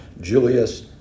Julius